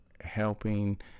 helping